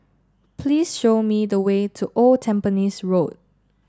please show me the way to Old Tampines Road